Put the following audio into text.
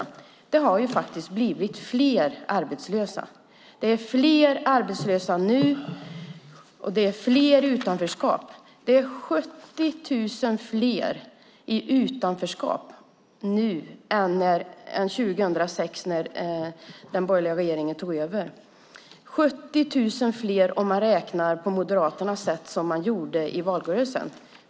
Det har faktiskt blivit fler arbetslösa, och fler är i utanförskap. Det är 70 000 fler i utanförskap i dag än 2006 när den borgerliga regeringen tog över - 70 000 fler om man räknar på Moderaternas sätt, såsom man gjorde i valrörelsen.